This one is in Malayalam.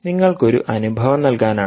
നിങ്ങൾക്ക് ഒരു അനുഭവം നൽകാനാണ്